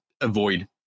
avoid